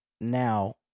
now